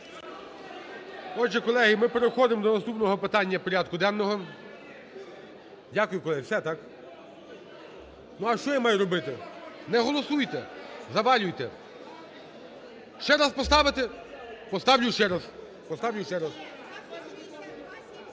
Дякую, колеги, все так? Ну, а що я маю робити, не голосуйте, завалюйте. Ще раз поставити? Поставлю ще раз,